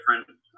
different